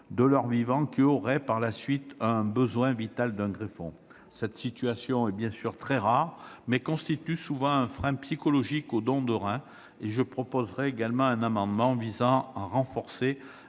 de leur vivant qui auraient, par la suite, un besoin vital d'un greffon. Cette situation est, bien sûr, extrêmement rare, mais elle constitue souvent un frein psychologique au don de rein. Je proposerai également un amendement visant à renforcer